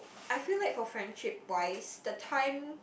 I feel like for friendship wise the time